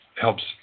helps